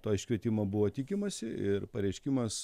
to iškvietimo buvo tikimasi ir pareiškimas